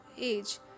age